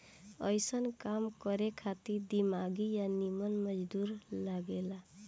अइसन काम करे खातिर दिमागी आ निमन मजदूर लागे ला